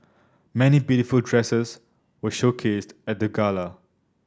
many beautiful dresses were showcased at the gala